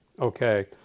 Okay